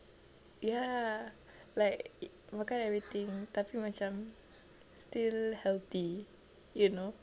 ya like makan everything tapi macam still healthy you know